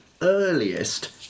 earliest